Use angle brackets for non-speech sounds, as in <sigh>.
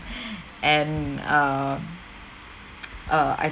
<breath> and err <noise> uh I